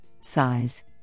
size